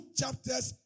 chapters